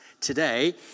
today